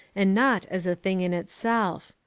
and not as a thing in itself.